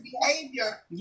behavior